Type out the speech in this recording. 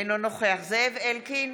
אינו נוכח זאב אלקין,